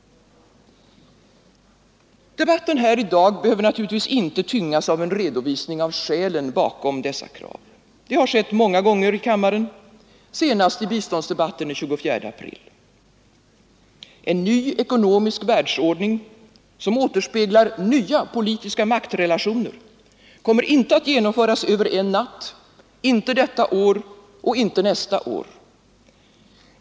Debatten här i dag behöver naturligtvis inte tyngas av en redovisning av skälen bakom detta krav. Detta har skett många gånger i kammaren, senast i biståndsdebatten den 24 april. En ny ekonomisk världsordning, som återspeglar nya politiska maktrelationer, kommer inte att genomföras över en natt, inte detta år och inte nästa år.